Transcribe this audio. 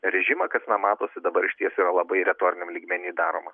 režimą kas na matosi dabar išties yra labai retoriniam lygmeny daroma